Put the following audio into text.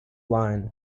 line